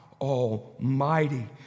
almighty